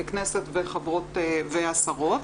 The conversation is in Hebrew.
ככנסת והשרות,